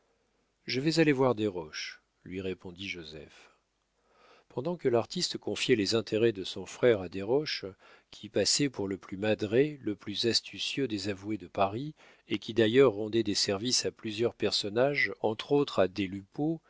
je vais aller voir desroches lui répondit joseph pendant que l'artiste confiait les intérêts de son frère à desroches qui passait pour le plus madré le plus astucieux des avoués de paris et qui d'ailleurs rendait des services à plusieurs personnages entre autres à